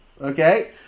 Okay